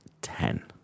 ten